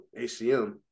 ACM